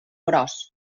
gros